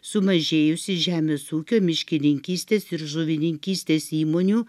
sumažėjusi žemės ūkio miškininkystės ir žuvininkystės įmonių